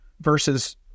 versus